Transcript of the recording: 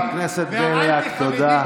חבר הכנסת בליאק, תודה.